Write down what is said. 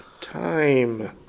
time